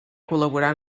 col·laborar